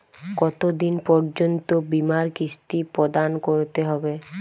কতো দিন পর্যন্ত বিমার কিস্তি প্রদান করতে হবে?